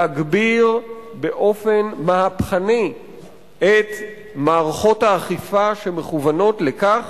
להגביר באופן מהפכני את מערכות האכיפה שמכוונות לכך